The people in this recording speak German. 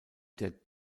der